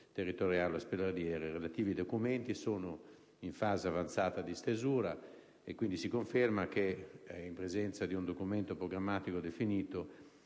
territoriale e ospedaliera. I relativi documenti sono in fase avanzata di stesura. Pertanto, si conferma che, in presenza di un documento programmatico definito